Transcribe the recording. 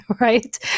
right